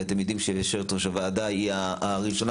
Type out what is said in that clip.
ואתם יודעים שיושבת-ראש הוועדה היא הראשונה